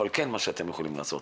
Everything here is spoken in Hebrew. אבל מה שאתם כן יכולים לעשות,